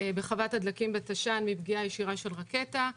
בחוות הדלקים בתש"ן מפגיעה ישירה של רקטה.